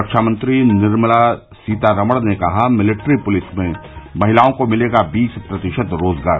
रक्षा मंत्री निर्मला सीतारमण ने कहा मिलिट्री पुलिस में महिलाओं को मिलेगा बीस प्रतिशत रोजगार